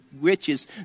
riches